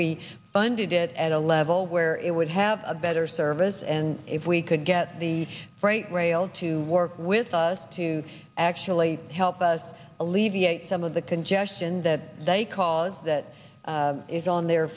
we funded it at a level where it would have a better service and if we could get the freight rail to work with us to actually help us alleviate some of the congestion that they cause that is on their